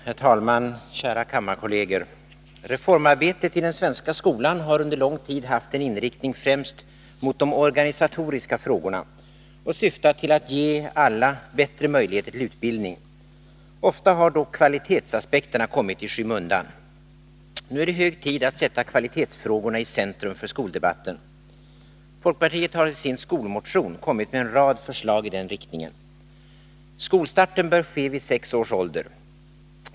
Herr talman! Kära kammarkolleger! Reformarbetet i den svenska skolan har under lång tid haft en inriktning främst mot de organisatoriska frågorna och syftat till att ge alla bättre möjligheter till utbildning. Ofta har då kvalitetsaspekterna kommit i skymundan. Nu är det hög tid att sätta kvalitetsfrågorna i centrum för skoldebatten. Folkpartiet har i sin skolmotion kommit med en rad förslag i den riktningen. Skolstarten bör ske vid sex års ålder.